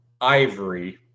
Ivory